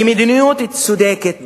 כי מדיניות צודקת בחינוך,